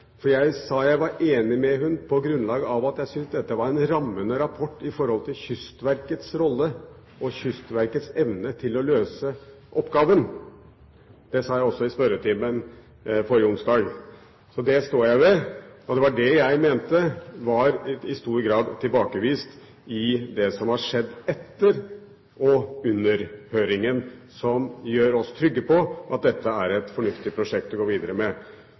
Jeg sa at jeg var enig med henne på grunnlag av at jeg syns dette var en rammende rapport om Kystverkets rolle og Kystverkets evne til å løse oppgaven. Det sa jeg også i spørretimen forrige onsdag. Det står jeg ved. Det var det jeg mente i stor grad var tilbakevist ved det som har skjedd under og etter høringen, som gjør oss trygge på at dette er et fornuftig prosjekt å gå videre med.